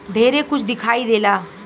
ढेरे कुछ दिखाई देला